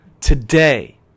today